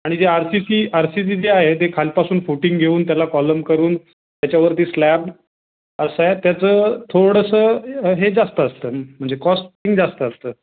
आणि जे R C C R C C जे आहे खालपासून फुटिंग घेऊन त्याला कॉलम करून त्याच्यावरती स्लॅब असं आहे त्याचं थोडंसं हे जास्त असतं म्हणजे कॉस्टिंग जास्त असतं